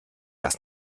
das